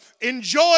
enjoy